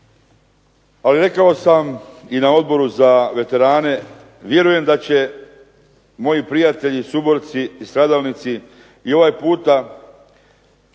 ali rekao sam i na Odboru za veterane, vjerujem da će moji prijatelji, suborci i stradalnici i ovaj puta